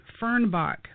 Fernbach